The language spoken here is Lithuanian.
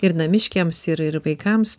ir namiškiams ir ir vaikams